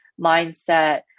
mindset